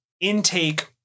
intake